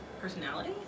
personality